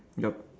yup